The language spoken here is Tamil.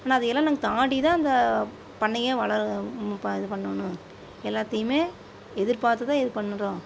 ஆனால் அதை எல்லாம் நாங்க தாண்டி தான் அந்த பண்ணையையே வளர இது பண்ணுணும் எல்லாத்தையும் எதிர்பாத்து தான் இது பண்ணுகிறோம்